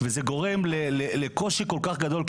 זה גורם לקושי כל כך גדול,